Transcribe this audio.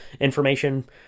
information